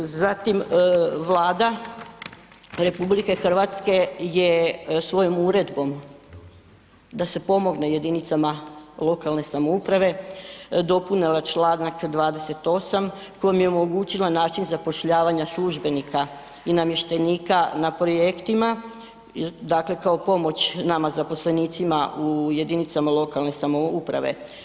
Zatim, Vlada RH je svojom uredbom da se pomogne jedinicama lokalne samouprave dopunila Članak 28. kojim je omogućila način zapošljavanja službenika i namještenika na projektima, dakle kao pomoć nama zaposlenicima u jedinicama lokalne samouprave.